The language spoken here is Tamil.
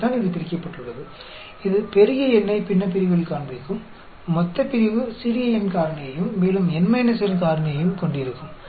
இப்படித்தான் இது பிரிக்கப்பட்டுள்ளது இது பெரிய N ஐ பின்னப்பிரிவில் காண்பிக்கும் மொத்தப்பிரிவு சிறிய n காரணியையும் மேலும் N n காரணியையும் கொண்டிருக்கும்